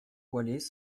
voilés